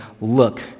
look